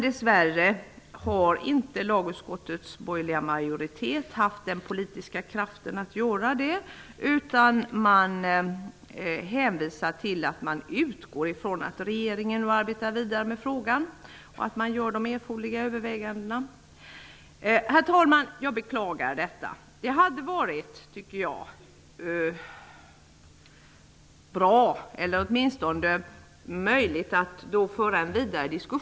Dess värre har lagutskottets borgerliga majoritet inte haft den politiska kraften att göra det, utan man hänvisar till att man utgår från att regeringen nu arbetar vidare med frågan och gör de erforderliga övervägandena. Herr talman! Jag beklagar detta.